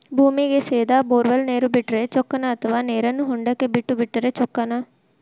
ಭೂಮಿಗೆ ಸೇದಾ ಬೊರ್ವೆಲ್ ನೇರು ಬಿಟ್ಟರೆ ಚೊಕ್ಕನ ಅಥವಾ ನೇರನ್ನು ಹೊಂಡಕ್ಕೆ ಬಿಟ್ಟು ಬಿಟ್ಟರೆ ಚೊಕ್ಕನ?